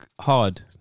hard